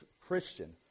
Christian